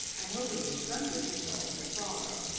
and hoping that some good results would follow.